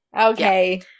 Okay